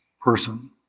person